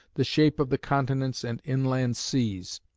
the shape of the continents and inland seas,